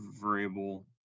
variable